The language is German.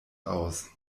aus